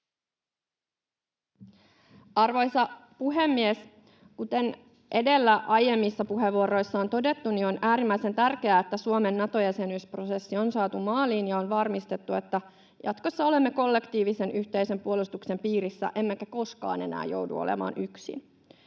Arvoisa puhemies! Kuten edellä aiemmissa puheenvuoroissa on todettu, on äärimmäisen tärkeää, että Suomen Nato-jäsenyysprosessi on saatu maaliin ja on varmistettu, että jatkossa olemme kollektiivisen yhteisen puolustuksen piirissä emmekä koskaan enää joudu olemaan yksin.